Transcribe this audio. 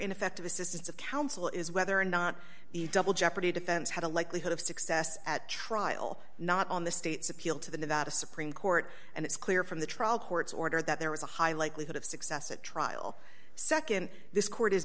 ineffective assistance of counsel is whether or not the double jeopardy defense had a likelihood of success at trial not on the state's appeal to the nevada supreme court and it's clear from the trial court's order that there was a high likelihood of success at trial nd this court is